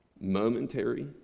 momentary